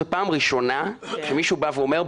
זו פעם ראשונה שמישהו אומר,